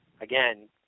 again